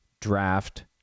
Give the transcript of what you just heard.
draft